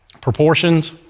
proportions